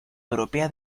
europea